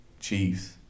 Chiefs